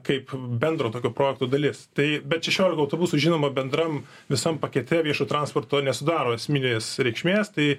kaip bendro tokio projekto dalis tai bet šešiolika autobusų žinoma bendram visam pakete viešu transportu nesudaro esminės reikšmės tai